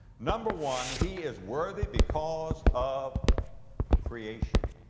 number one he is worthy because of creation.